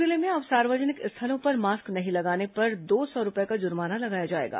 दुर्ग जिले में अब सार्वजनिक स्थलों पर मास्क नहीं लगाने पर दो सौ रूपये का जुर्माना लगाया जाएगा